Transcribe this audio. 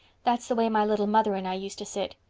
that's the way my little mother and i used to sit.